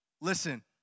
listen